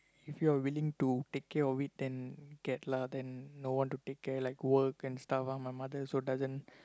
if you are willing to take care of it then get lah then no one to take care like work and stuff ah my mother also doesn't